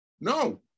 no